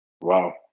Wow